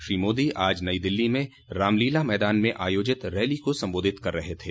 श्री मोदी आज नई दिल्ली में रामलीला मैदान में आयोजित रैली को सम्बोधित कर रहे थे